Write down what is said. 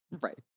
Right